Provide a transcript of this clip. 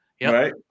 Right